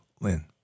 Lynn